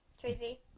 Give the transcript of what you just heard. Tracy